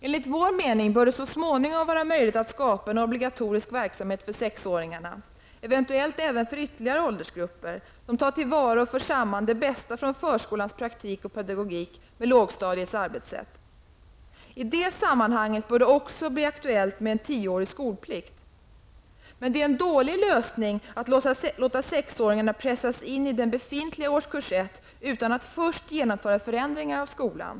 Enligt vår mening bör det vara möjligt att så småningom skapa en obligatorisk verksamhet för sexåringarna -- eventuellt även för ytterligare åldersgrupper -- som tar till vara och för samman det bästa från förskolans praktik och pedagogik med lågstadiets arbetssätt. I det sammanhanget bör även tioårig skolplikt bli aktuellt. Men det är en dålig lösning att pressa in sexåringarna i den befintliga första årskursen utan att först genomföra förändringar av skolan.